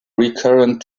recurrent